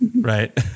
Right